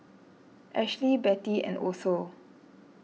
Ashlie Betty and Otho